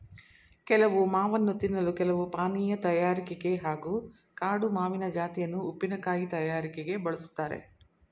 ಕೆಲವು ಮಾವನ್ನು ತಿನ್ನಲು ಕೆಲವು ಪಾನೀಯ ತಯಾರಿಕೆಗೆ ಹಾಗೂ ಕಾಡು ಮಾವಿನ ಜಾತಿಯನ್ನು ಉಪ್ಪಿನಕಾಯಿ ತಯಾರಿಕೆಗೆ ಬಳುಸ್ತಾರೆ